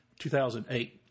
2008